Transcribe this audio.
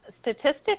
statistics